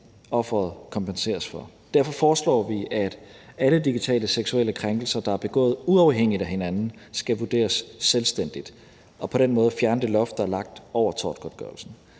offeret kompenseres for. Derfor foreslår vi, at alle digitale seksuelle krænkelser, der er begået uafhængigt af hinanden, skal vurderes selvstændigt, og på den måde fjerne det loft, der er lagt over tortgodtgørelsen.